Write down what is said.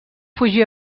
fugir